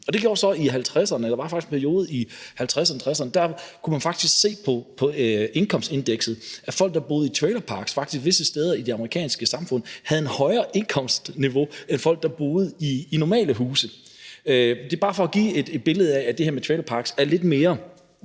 havde en periode, hvor man kunne se på indkomstindekset, at folk, der boede i trailerparks, faktisk visse steder i det amerikanske samfund havde et højere indkomstniveau end folk, der boede i normale huse. Det er bare for at give et billede af, at det her med trailerparks måske er lidt mere